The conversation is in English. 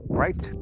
right